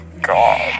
God